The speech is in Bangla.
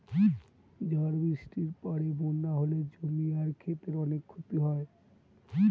ঝড় বৃষ্টির পরে বন্যা হলে জমি আর ক্ষেতের অনেক ক্ষতি হয়